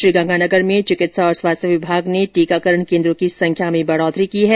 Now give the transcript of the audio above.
श्रीगंगानगर में चिकित्सा और स्वास्थ्य विभाग ने टीकाकरण केन्द्रों की संख्या में इजाफा किया है